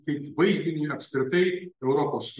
kaip vaizdiniui apskritai europos